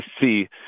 see